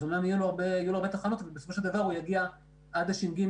אמנם יהיו לו הרבה תחנות אבל בסופו של דבר הוא יגיע עד הש.ג.